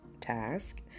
task